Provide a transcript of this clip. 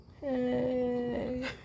Hey